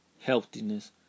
healthiness